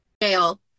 jail